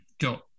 got